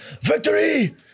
victory